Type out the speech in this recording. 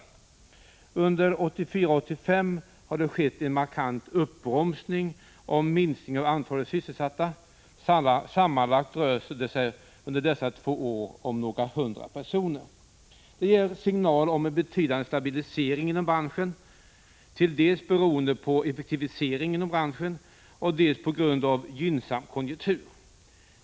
Under 1984-1985 har det skett en markant uppbromsning av minskningen av antalet sysselsatta —- sammanlagt rör det sig om några hundra personer, under dessa två år. Det ger en signal om en betydande stabilisering inom branschen. Den beror dels på effektivisering inom branschen, dels på en gynnsam konjunktur.